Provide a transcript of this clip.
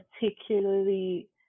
particularly